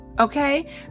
Okay